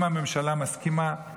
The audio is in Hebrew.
אם הממשלה מסכימה,